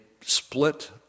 split